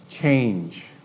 Change